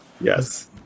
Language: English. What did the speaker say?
Yes